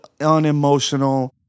unemotional